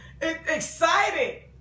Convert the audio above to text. excited